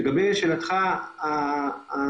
לגבי שאלתך השנייה,